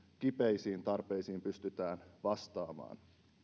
kipeisiin tarpeisiin pystytään vastaamaan